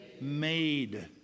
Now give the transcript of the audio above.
made